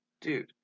dude